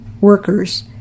workers